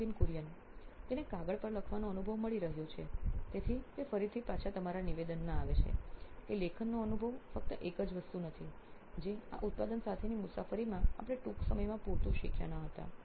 Nithin Kurian COO નોઇન electronics તેને કાગળ પર લખવાનો અનુભવ મળી રહ્યો છે તેથી તે ફરીથી તમારા નિવેદનમાં પાછું આવે છે કે લેખનનો અનુભવ ફક્ત એક જ વસ્તુ નથી જે આ ઉત્પાદન સાથેની મુસાફરીમાં આપણે ટૂંક સમયમાં પૂરતું શીખ્યા નહોતા